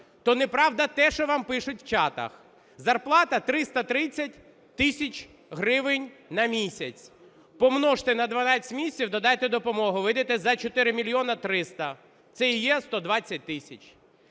то неправда те, що вам пишуть в чатах. Заплата 330 тисяч гривень на місяць. Помножте на 12 місяців, додайте допомогу – вийдете за 4 мільйони 300. Це і є 120 тисяч.